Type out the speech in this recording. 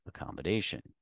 accommodation